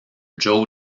joe